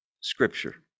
scripture